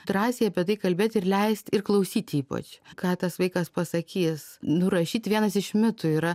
drąsiai apie tai kalbėt ir leist ir klausyt ypač ką tas vaikas pasakys nurašyt vienas iš mitų yra